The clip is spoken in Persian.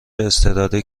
اضطراری